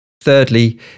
thirdly